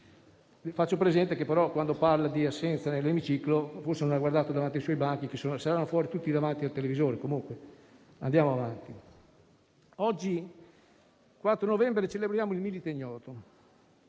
Faccio presente che, però, quando parla di assenza nell'emiciclo, forse non ha guardato davanti ai suoi banchi: saranno tutti fuori davanti al televisore; comunque sia, andiamo avanti. Oggi, 4 novembre, celebriamo il Milite Ignoto: